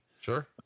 Sure